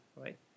right